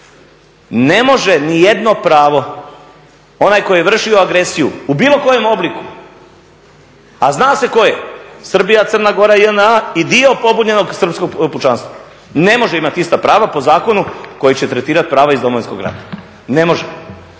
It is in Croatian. Ne može nijedno pravo onaj tko je vršio agresiju u bilo kojem obliku, a zna se tko je Srbija, Crna Gora JNA i dio pobunjenog srpskog pučanstva ne može imati ista prava po zakonu koji će tretirati prava iz Domovinskog rata, ne može,